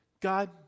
God